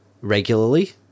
regularly